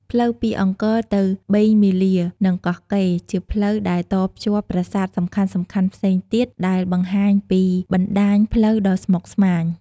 ផ្លូវពីអង្គរទៅបេងមាលា និងកោះកេរ្ដិ៍ ជាផ្លូវដែលតភ្ជាប់ប្រាសាទសំខាន់ៗផ្សេងទៀត ដែលបង្ហាញពីបណ្ដាញផ្លូវដ៏ស្មុគស្មាញ។